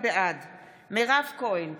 בעד מירב כהן,